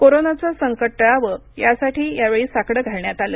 कोरोनाचं संकट टळावं यासाठी यावेळी साकडं घालण्यात आलं